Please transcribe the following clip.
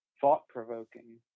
thought-provoking